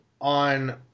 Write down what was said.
on